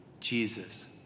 Jesus